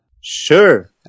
Sure